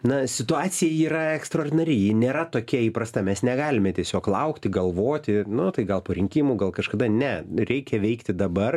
na situacija yra ekstraordinari ji nėra tokia įprasta mes negalime tiesiog laukti galvoti nu tai gal po rinkimų gal kažkada ne reikia veikti dabar